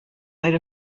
made